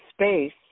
space